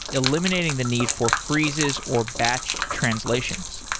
eliminating the need for freezes or batched translations.